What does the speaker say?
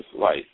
life